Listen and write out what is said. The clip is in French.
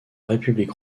république